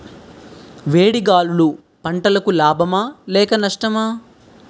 వేడి గాలులు పంటలకు లాభమా లేక నష్టమా?